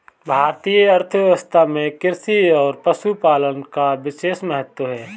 भारतीय अर्थव्यवस्था में कृषि और पशुपालन का विशेष महत्त्व है